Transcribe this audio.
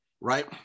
right